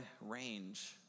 range